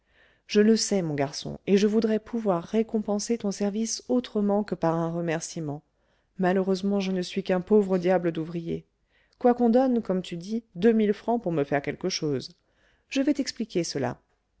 je le sais mon garçon et je voudrais pouvoir récompenser ton service autrement que par un remerciement malheureusement je ne suis qu'un pauvre diable d'ouvrier quoiqu'on donne comme tu dis deux mille francs pour me faire quelque chose je vais t'expliquer cela